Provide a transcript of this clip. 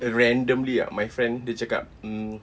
randomly ah my friend dia cakap mm